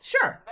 Sure